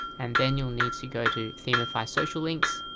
and then you'll need to go to themify social links.